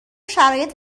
شرایط